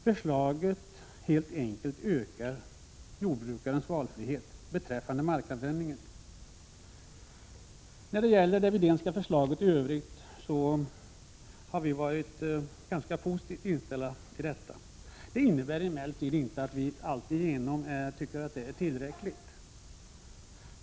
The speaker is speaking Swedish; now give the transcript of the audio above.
Förslaget ökar helt enkelt jordbrukarens valfrihet beträffande markanvändningen. Det Widénska förslaget i övrigt har vi varit ganska positiva till. Det innebär emellertid inte att vi alltid tycker att det är tillräckligt.